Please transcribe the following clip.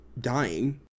dying